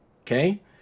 okay